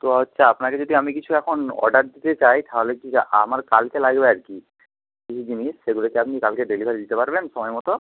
তো হচ্ছে আপনাকে যদি আমি কিছু এখন অর্ডার দিতে চাই তাহলে কি আমার কালকে লাগবে আর কি কিছু জিনিস সেগুলো কি আপনি কালকে ডেলিভারি দিতে পারবেন সময় মতো